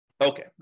Okay